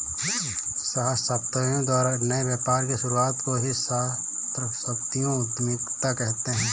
सहस्राब्दियों द्वारा नए व्यापार की शुरुआत को ही सहस्राब्दियों उधीमता कहते हैं